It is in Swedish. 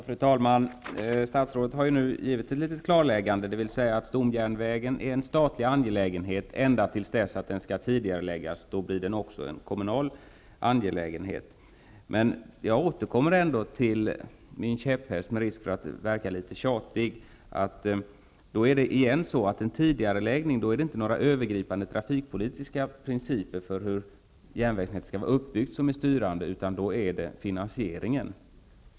Fru talman! Statsrådet har nu gjort ett litet klarläggande, dvs. att stomjärnvägen är en statlig angelägenhet ända tills dess den skall tidigareläggas. Då blir den också en kommunal angelägenhet. Med risk för att verka litet tjatig vill jag ändå återkomma till min käpphäst: När det gäller en tidigareläggning är det inte några övergripande trafikpolitiska principer för hur järnvägsnätet skall vara uppbyggt som är styrande, utan det är finansieringen.